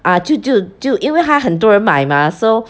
ah 就就就因为它很多买 mah so